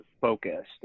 focused